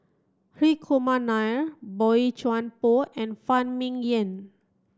Hri Kumar Nair Boey Chuan Poh and Phan Ming Yen